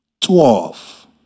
Twelve